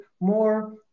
more